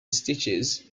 stitches